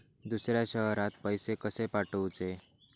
दुसऱ्या शहरात पैसे कसे पाठवूचे?